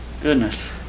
Goodness